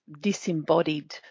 disembodied